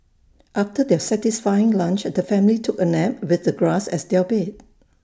after their satisfying lunch the family took A nap with the grass as their bed